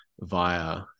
via